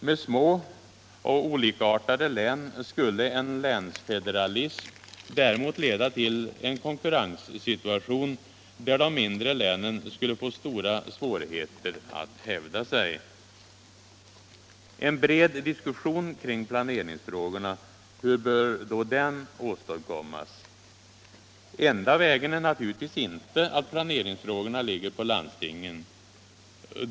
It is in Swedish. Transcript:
Med små och olikartade län skulle en ”länsfederalism” däremot leda till en konkurrenssituation, där de mindre länen skulle få stora svårigheter att hävda sig. En bred diskussion kring planeringsfrågorna, hur bör då den åstadkommas? Enda vägen är naturligtvis inte att planeringsfrågorna ligger på landstingen.